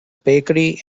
bakery